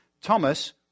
Thomas